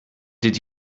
did